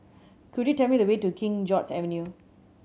could you tell me the way to King George's Avenue